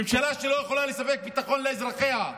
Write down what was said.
ממשלה שלא יכולה לספק ביטחון לאזרחיה,